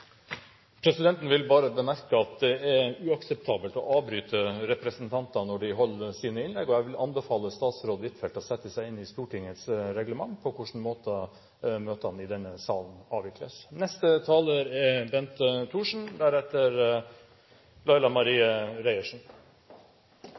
Presidenten vil bemerke at det er uakseptabelt å avbryte representanter når de holder sine innlegg, og jeg vil anbefale statsråd Huitfeldt å sette seg inn i Stortingets reglement om hvordan møtene i denne salen avvikles. Dette spørsmålet er